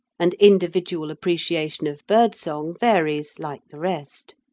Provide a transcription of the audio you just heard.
and individual appreciation of birdsong varies like the rest.